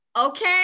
okay